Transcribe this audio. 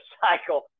cycle